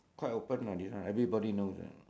quite open ah this one everybody knows ah